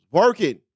working